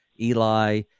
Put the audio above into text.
Eli